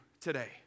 today